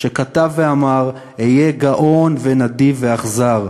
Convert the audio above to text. שכתב ואמר: "היה גאון ונדיב ואכזר".